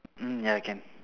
mm ya can